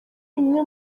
imwe